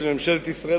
של ממשלת ישראל,